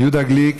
יהודה גליק,